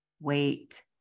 wait